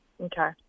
Okay